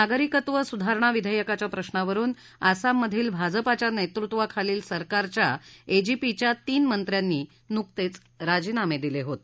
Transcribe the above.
नागरिकत्व सुधारणा विधेयकाच्या प्रश्नावरुन आसाममधील भाजपाच्या नेतृत्वाखालील सरकारच्या एजीपीच्या तीन मंत्र्यांनी नुकतेच राजीनामे दिले होते